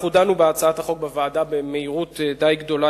דנו בהצעת החוק בוועדה במהירות די גדולה,